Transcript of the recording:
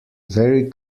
very